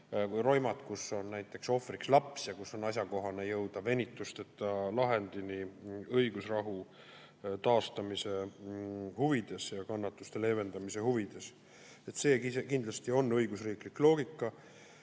või roimad, kus on näiteks ohvriks laps ja kus on asjakohane jõuda venitusteta lahendini õigusrahu taastamise huvides ja kannatuste leevendamise huvides. See kindlasti on õigusriiklik loogika.